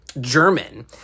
German